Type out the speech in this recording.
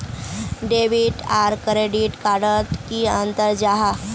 Debit आर credit card डोट की अंतर जाहा?